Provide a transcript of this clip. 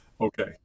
okay